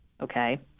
okay